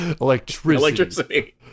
electricity